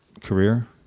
career